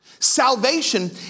Salvation